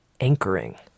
anchoring